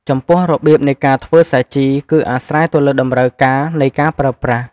ចំពោះរបៀបនៃការធ្វើសាជី គឺអាស្រ័យទៅលើតម្រូវការនៃការប្រើប្រាស់។